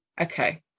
Okay